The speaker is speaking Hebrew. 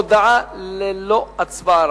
הודעה ללא הצבעה,